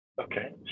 Okay